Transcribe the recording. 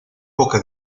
poca